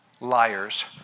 liars